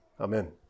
amen